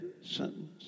sentence